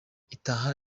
itaha